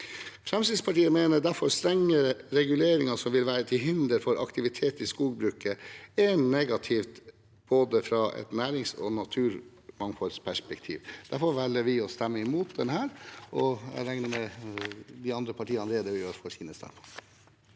Fremskrittspartiet mener derfor at strenge reguleringer som vil være til hinder for aktivitet i skogbruket, er negativt fra både et nærings- og et naturmangfoldperspektiv. Derfor velger vi å stemme mot dette, og jeg regner med at de andre partiene redegjør for sine standpunkt.